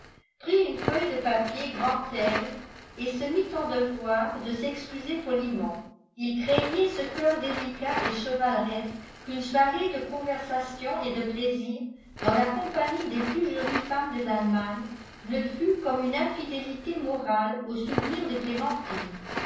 prit une feuille de papier grand-aigle et se mit en devoir de s'excuser poliment il craignait ce coeur délicat et chevaleresque qu'une soirée de conversation et de plaisir dans la compagnie des plus jolies femmes de l'allemagne ne fût comme une infidélité morale au souvenir de clémentine